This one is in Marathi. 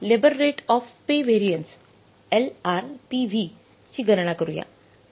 तर labour rate of pay variance LRPV ची गणना करूया